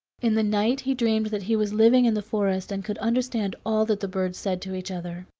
in the night he dreamed that he was living in the forest and could understand all that the birds said to each other.